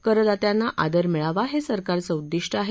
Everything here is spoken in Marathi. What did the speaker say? करदात्यांना आदर मिळावा हे सरकारचे उद्दिष्ट आहे